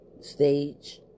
stage